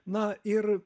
na ir